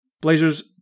Blazers